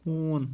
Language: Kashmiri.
ہوٗن